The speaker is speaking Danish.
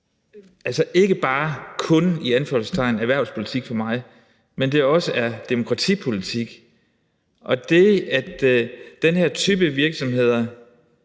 her ikke bare er, i anførselstegn, erhvervspolitik, men også er demokratipolitik, så er det, fordi den her type virksomheder